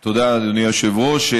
תודה, אדוני היושב-ראש.